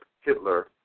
Hitler